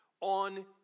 on